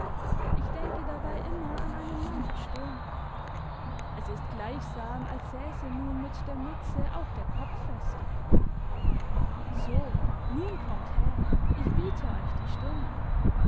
ich denke dabei immer an einen mann im sturm es ist gleichsam als sässe nun mit der mütze auch der kopf fester so nun kommt her ich biete euch die stirn